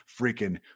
freaking